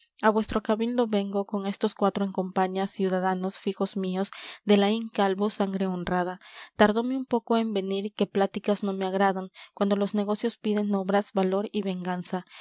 á vuestro cabildo vengo con estos cuatro en compaña ciudadanos fijos míos de laín calvo sangre honrada tardóme un poco en venir que pláticas no me agradan cuando los negocios piden obras valor y venganza